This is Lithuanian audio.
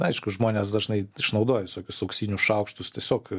aišku žmonės dažnai išnaudoja visokius auksinius šaukštus tiesiog